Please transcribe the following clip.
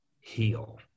heal